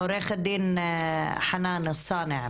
עוה"ד חנאן אלסאנע,